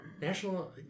National